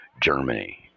Germany